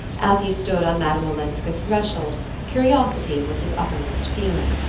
as he stood on madame olenska's threshold curiosity was his uppermost feeling.